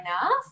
enough